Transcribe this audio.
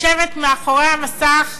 לשבת מאחורי המסך,